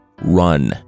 run